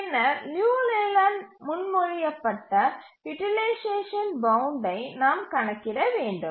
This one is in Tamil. பின்னர் லியு லேலேண்ட் முன்மொழியப்பட்ட யூட்டிலைசேஷன் பவுண்ட்டை நாம் கணக்கிட வேண்டும்